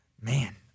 Man